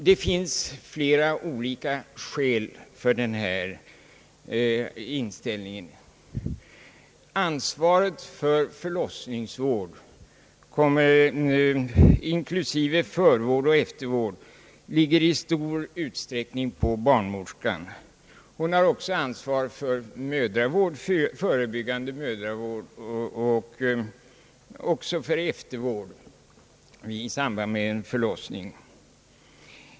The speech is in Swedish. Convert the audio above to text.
Det finns flera olika skäl för denna inställning: Ansvaret för förlossningsvård, inklusive förvård och eftervård, ligger i stor utsträckning på barnmorskan. Hon har också ansvar för mödravård — förebyggande mödravård och även eftervård i samband med en för-' lossning.